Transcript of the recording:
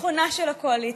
לביטחונה של הקואליציה.